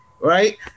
right